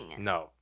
No